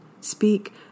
Speak